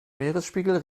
meeresspiegel